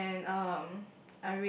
and um